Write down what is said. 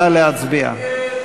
נא להצביע.